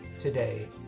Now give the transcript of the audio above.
today